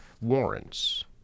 warrants